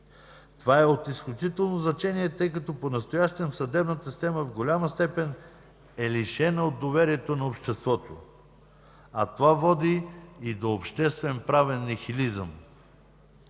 Това е от изключително значение, тъй като понастоящем съдебната система в голяма степен е лишена от доверието на обществото, а това води и до обществен правен нихилизъм.